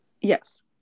Yes